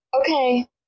Okay